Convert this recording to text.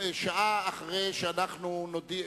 להודיע